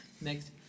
Next